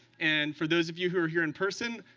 and for those of you who are here in person,